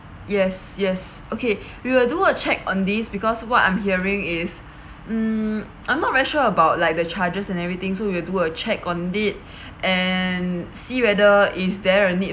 yes yes okay we will do a check on this because what I'm hearing is mm I'm not very sure about like the charges and everything so we will do a check on it and see whether is there a need